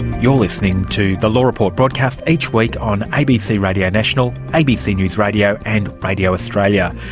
you're listening to the law report, broadcast each week on abc radio national, abc news radio and radio australia,